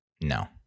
No